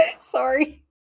Sorry